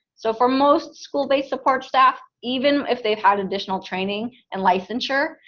so for most school-based support staff, even if they've had additional training and licensure,